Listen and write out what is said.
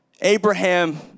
Abraham